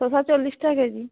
শসা চল্লিশ টাকা কেজি